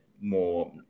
more